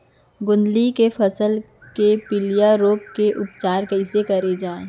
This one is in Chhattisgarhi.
गोंदली के फसल के पिलिया रोग के उपचार कइसे करे जाये?